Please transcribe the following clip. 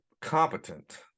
competent